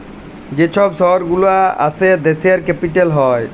যে ছব শহর গুলা আসে দ্যাশের ক্যাপিটাল হ্যয়